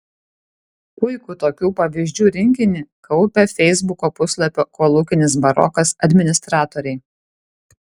puikų tokių pavyzdžių rinkinį kaupia feisbuko puslapio kolūkinis barokas administratoriai